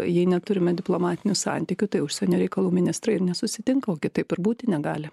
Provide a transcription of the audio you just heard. jei neturime diplomatinių santykių tai užsienio reikalų ministrai ir nesusitinka o kitaip ir būti negali